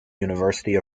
university